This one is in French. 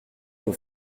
nous